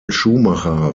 schumacher